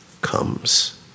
comes